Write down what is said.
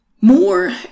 More